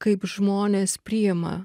kaip žmonės priima